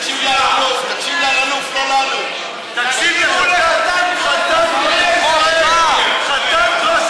יושב-ראש הקואליציה, חבר הכנסת חסון.